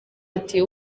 ati